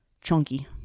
chunky